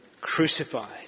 crucified